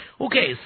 Okay